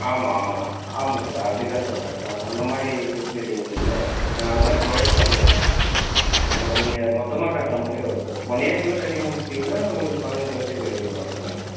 ஆமாம் ஆமாம் ஆமாம் சார் அப்படி தான் சார் கட்டலாம் அந்த மாதிரி ஃபெசிலிட்டி இங்கே இல்லை நாங்கள் அந்த மாதிரி ப்ரொவைட் பண்ணலை நீங்கள் மொத்தமாக கட்டுற மாதிரி வரும் சார் ஒன் இயர்க்குள்ளே கட்டி மீட்டுட்டிங்னா உங்களுக்கு பன்னெண்டு பேர்சன்டேஜ் வட்டி வரும் அந்த மாதிரி